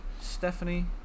Stephanie